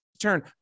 turn